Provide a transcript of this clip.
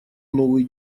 новый